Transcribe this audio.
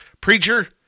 Preacher